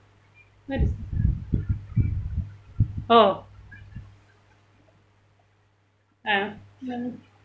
what is oh ah